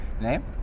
name